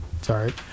Sorry